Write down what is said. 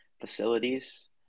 facilities